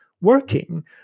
working